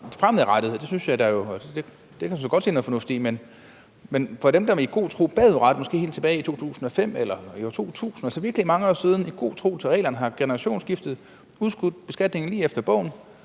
fremadrettet. Det kan jeg sådan set godt se noget fornuft i. Men dem, der helt tilbage i 2005 eller i år 2000, altså for virkelig mange år siden, i god tro på reglerne har generationsskiftet, udskudt beskatningen lige efter bogen,